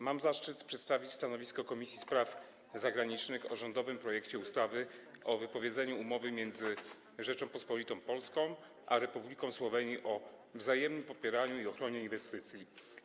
Mam zaszczyt przedstawić sprawozdanie Komisji Spraw Zagranicznych o rządowym projekcie ustawy o wypowiedzeniu Umowy między Rzecząpospolitą Polską a Republiką Słowenii o wzajemnym popieraniu i ochronie inwestycji.